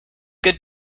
good